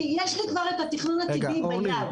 כי יש לי כבר את התכנון העתידי ביד.